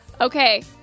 Okay